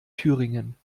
thüringen